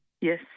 Yes